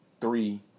three